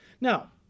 Now